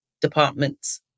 departments